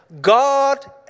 God